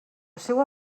seua